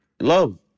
Love